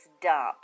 dump